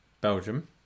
Belgium